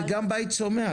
וגם בית צומח.